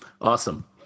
Awesome